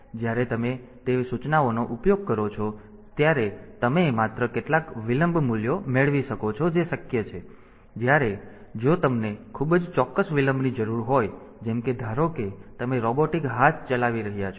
તેથી જ્યારે તમે તે સૂચનાઓનો ઉપયોગ કરો છોત્યારે તમે માત્ર કેટલાક વિલંબ મૂલ્યો મેળવી શકો છો જે શક્ય છે જ્યારે જો તમને ખૂબ જ ચોક્કસ વિલંબની જરૂર હોય જેમ કે ધારો કે તમે રોબોટિક હાથ ચલાવી રહ્યા છો